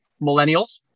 millennials